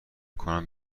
کنم